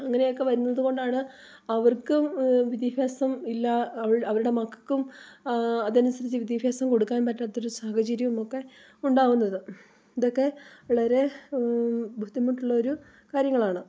അങ്ങനെ ഒക്കെ വരുന്നത് കൊണ്ടാണ് അവർക്കും വിദ്യാഭ്യാസം ഇല്ല അവ അവരുടെ മക്കൾക്കും അതനുസരിച്ച് വിദ്യാഭ്യാസം കൊടുക്കാൻ പറ്റാത്തൊരു സാഹചര്യം ഒക്കെ ഉണ്ടാവുന്നത് ഇതൊക്കെ വളരെ ബുദ്ധിമുട്ടുള്ളൊരു കാര്യങ്ങളാണ്